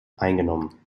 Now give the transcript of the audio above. eingenommen